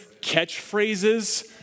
catchphrases